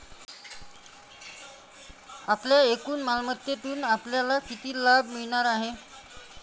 आपल्या एकूण मालमत्तेतून आपल्याला किती लाभ मिळणार आहे?